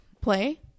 play